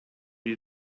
you